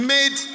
Made